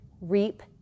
reap